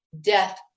death